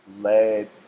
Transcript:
led